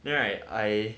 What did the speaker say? then right I